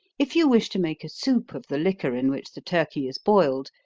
if you wish to make a soup of the liquor in which the turkey is boiled,